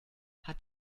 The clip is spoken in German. hat